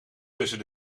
tussen